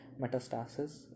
metastasis